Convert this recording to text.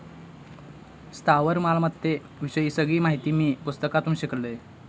स्थावर मालमत्ते विषयी सगळी माहिती मी पुस्तकातून शिकलंय